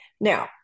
Now